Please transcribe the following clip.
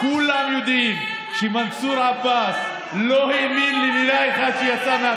אין לו נאום, אני אומרת לך.